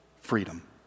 freedom